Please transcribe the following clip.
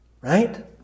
right